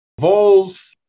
Voles